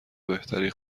بهتری